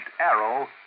arrow